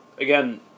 again